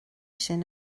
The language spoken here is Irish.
sin